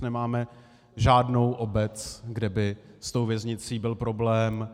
Nemáme žádnou obec, kde by s věznicí byl problém.